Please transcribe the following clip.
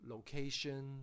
Location